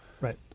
right